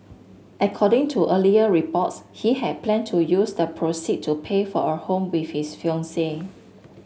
according to earlier reports he had planned to use the proceed to pay for a home with his fiancee